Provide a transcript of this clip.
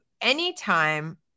anytime